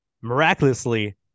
miraculously